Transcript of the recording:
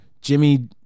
Jimmy